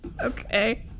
okay